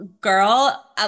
girl